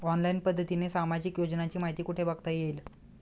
Online पद्धतीने सामाजिक योजनांची माहिती कुठे बघता येईल?